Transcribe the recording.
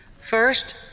First